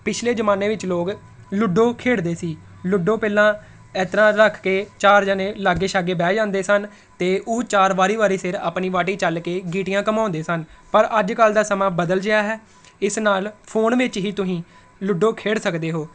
ਪਿਛਲੇ ਜਮਾਨੇ ਵਿੱਚ ਲੋਕ ਲੁੱਡੋ ਖੇਡਦੇ ਸੀ ਲੁਡੋ ਪਹਿਲਾਂ ਇਸ ਤਰ੍ਹਾਂ ਰੱਖ ਕੇ ਚਾਰ ਜਣੇ ਲਾਗੇ ਛਾਗੇ ਬਹਿ ਜਾਂਦੇ ਸਨ ਅਤੇ ਉਹ ਚਾਰ ਵਾਰੀ ਵਾਰੀ ਸਿਰ ਆਪਣੀ ਬਾਟੀ ਚੱਲ ਕੇ ਗੀਟਿਆਂ ਘੁੰਮਾਉਂਦੇ ਸਨ ਪਰ ਅੱਜ ਕੱਲ੍ਹ ਦਾ ਸਮਾਂ ਬਦਲ ਗਿਹਾ ਹੈ ਇਸ ਨਾਲ ਫੋਨ ਵਿੱਚ ਹੀ ਤੁਸੀਂ ਲੁਡੋ ਖੇਡ ਸਕਦੇ ਹੋ